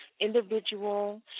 individual